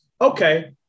Okay